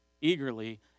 eagerly